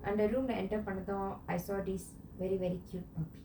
அந்த:antha room eh enter பண்ணதும்:pannathum I saw this very very cute